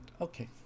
okay